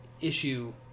issue